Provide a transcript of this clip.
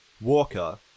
Walker